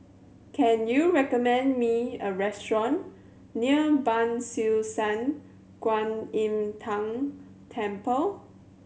can you recommend me a restaurant near Ban Siew San Kuan Im Tng Temple